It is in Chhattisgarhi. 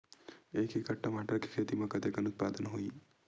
एक एकड़ टमाटर के खेती म कतेकन उत्पादन होही?